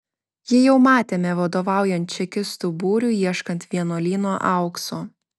jį jau matėme vadovaujant čekistų būriui ieškant vienuolyno aukso